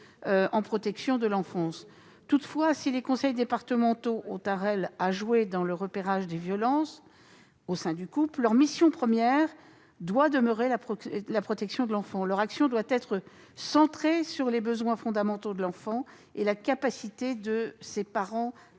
de protection de l'enfance. Toutefois, si les conseils départementaux ont un rôle à jouer dans le repérage des violences au sein des couples, leur mission première doit demeurer la protection de l'enfant. Leur action doit être centrée sur les besoins fondamentaux de l'enfant et sur la capacité de ses parents